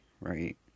right